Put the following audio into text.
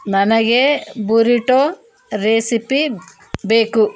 ನನಗೆ burrito recipe ಬೇಕು